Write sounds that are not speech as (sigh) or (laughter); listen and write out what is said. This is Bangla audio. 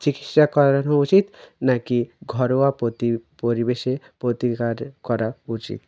চিকিৎসা করানো উচিত নাকি ঘরোয়া পোতি (unintelligible) পরিবেশে প্রতিকার করা উচিত